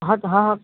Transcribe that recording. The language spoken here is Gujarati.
હા તો હા હા